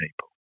people